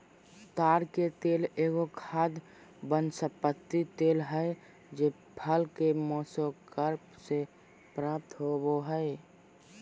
ताड़ के तेल एगो खाद्य वनस्पति तेल हइ जे फल के मेसोकार्प से प्राप्त हो बैय हइ